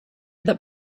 that